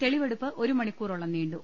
തെളിവെടുപ്പ് ഒരു മണിക്കൂറോളം നീണ്ടു